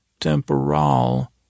Temporal